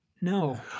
No